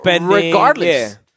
regardless